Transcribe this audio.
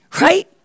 right